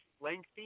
lengthy